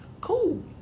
Cool